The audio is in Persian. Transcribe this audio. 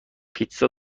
پیتزا